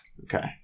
Okay